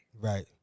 Right